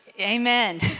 amen